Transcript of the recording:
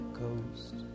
coast